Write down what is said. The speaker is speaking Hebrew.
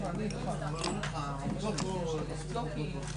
ולעמוד בכל יעדי הגיוס שלו לאורך השנים,